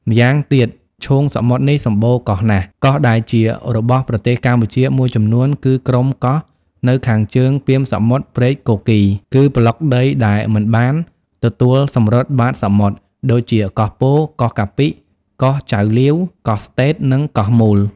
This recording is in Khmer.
ម្យ៉ាងទៀត ឈូង សមុទ្រនេះសំបូរកោះណាស់ ។ កោះដែលជារបស់ប្រទេសកម្ពុជាមួយចំនួនគឺក្រុមកោះនៅខាងជើងពាមសមុទ្រព្រែកគគីរ គឺប្លុកដីដែលមិនបាន ទទួលសំរុតបាតសមុទ្រ ដូចជា កោះពរ កោះកាពិ កោះចៅលាវ កោះស្តេត និង កោះមូល ។